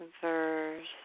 verse